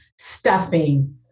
stuffing